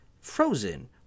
Frozen